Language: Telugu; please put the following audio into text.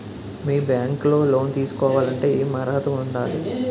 మీ బ్యాంక్ లో లోన్ తీసుకోవాలంటే ఎం అర్హత పొంది ఉండాలి?